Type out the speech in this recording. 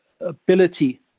ability